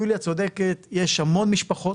יוליה צודקת, יש המון משפחות.